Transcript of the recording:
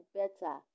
better